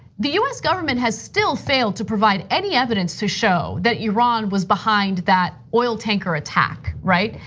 the us government has still failed to provide any evidence to show that iran was behind that oil tanker attack, right?